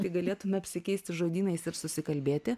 tai galėtume apsikeisti žodynais ir susikalbėti